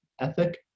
ethic